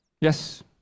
Yes